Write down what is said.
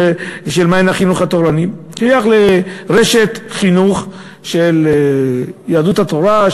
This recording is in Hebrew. של "מעיין החינוך התורני"; הוא שייך לרשת חינוך של יהדות התורה,